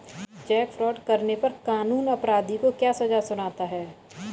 Check fraud करने पर कानून अपराधी को क्या सजा सुनाता है?